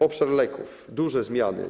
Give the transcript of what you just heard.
Obszar leków - duże zmiany.